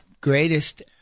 greatest